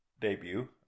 debut